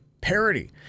parody